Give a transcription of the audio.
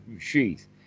sheath